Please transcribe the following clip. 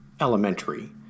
elementary